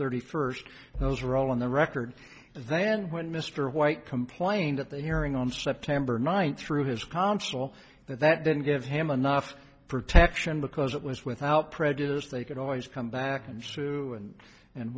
thirty first those are all on the record then when mr white complained at the hearing on september ninth through his consul that that didn't give him enough protection because it was without prejudice they could always come back and sue and and